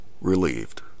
relieved